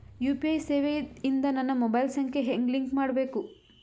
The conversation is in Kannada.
ಯು.ಪಿ.ಐ ಸೇವೆ ಇಂದ ನನ್ನ ಮೊಬೈಲ್ ಸಂಖ್ಯೆ ಹೆಂಗ್ ಲಿಂಕ್ ಮಾಡಬೇಕು?